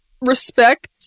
respect